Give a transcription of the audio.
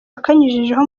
wakanyujijeho